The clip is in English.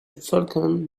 falcon